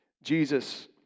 Jesus